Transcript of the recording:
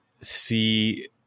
see